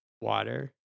water